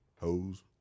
hoes